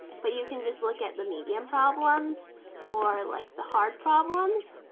but you can just look at the medium problems or like the hard problems